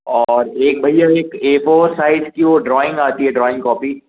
और एक भैया एक ए फ़ोर साइज़ की वो ड्रॉइंग आती है ड्रॉइंग कॉपी